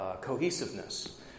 cohesiveness